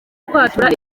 kwatura